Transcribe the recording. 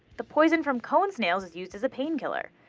the poison from cone snails is used as a painkiller.